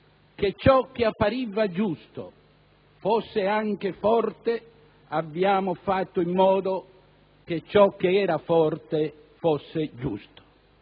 che ciò che appariva giusto fosse anche forte, abbiamo fatto in modo che ciò che era forte fosse giusto.